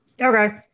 Okay